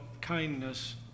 kindness